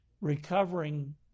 recovering